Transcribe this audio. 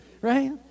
right